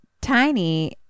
Tiny